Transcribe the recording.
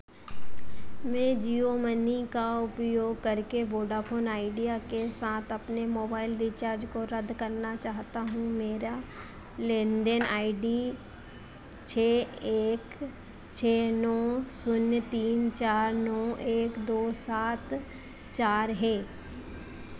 मैं जियो मनी का उपयोग करके बोडाफोन आइडिया के साथ अपने मोबाइल रिचार्ज को रद्द करना चाहता हूँ मेरा लेन देन आई डी छः एक छः नौ शून्य तीन चार नौ एक दो सात चार है